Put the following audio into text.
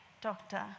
doctor